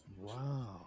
Wow